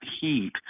heat